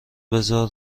بزار